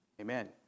Amen